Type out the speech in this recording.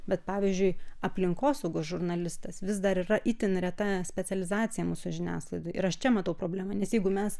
bet pavyzdžiui aplinkosaugos žurnalistas vis dar yra itin reta specializacija mūsų žiniasklaidoj ir aš čia matau problemą nes jeigu mes